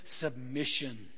submission